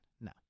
No